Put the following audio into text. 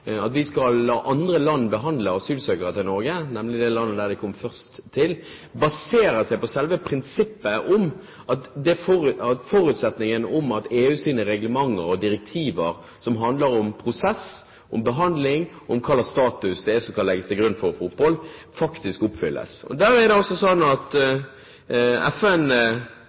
at vi skal la andre land behandle asylsøknadene til Norge, nemlig det landet de kom først til, baserer seg på selve prinsippet om at forutsetningen om at EUs reglementer og direktiver, som handler om prosess, om behandling, om hvilken status det er som skal legges til grunn for å få opphold, faktisk oppfylles. Da er er det altså sånn at